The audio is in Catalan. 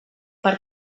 per